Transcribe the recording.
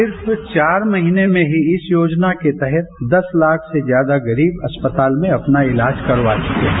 सिर्फ चार महीने में ही इस योजना के तहत दस लाख से ज्यादा गरीब अस्पताल में अपना इलाज करवा चुके है